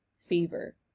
fever